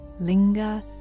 linger